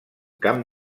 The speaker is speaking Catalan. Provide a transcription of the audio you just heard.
camp